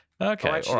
Okay